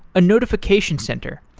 a notification center,